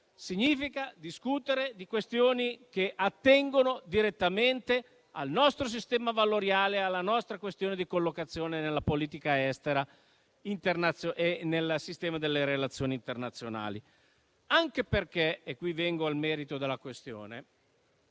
significa discutere di questioni che attengono direttamente al nostro sistema valoriale, alla nostra collocazione in politica estera e nel sistema delle relazioni internazionali. E dico ciò anche perché - e qui vengo al merito della questione